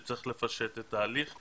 זה צריך לפשט את ההליך.